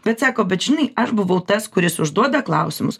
bet sako bet žinai aš buvau tas kuris užduoda klausimus